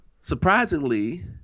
Surprisingly